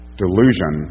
delusion